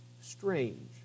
strange